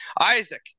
Isaac